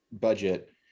budget